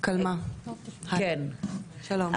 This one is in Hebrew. קלמ"ה, בבקשה.